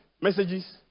messages